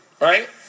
Right